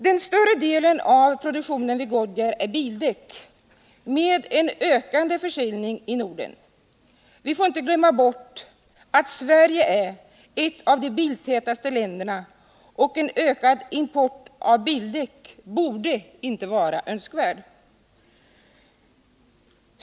Den större delen av produktionen vid Goodyear utgörs av bildäck, med en ökande försäljning i Norden. Vi får inte glömma bort att Sverige är ett av de biltätaste länderna och att en ökad import av bildäck inte borde vara önskvärd.